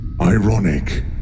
Ironic